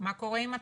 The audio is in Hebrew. מה קורה עם התקנות.